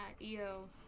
eo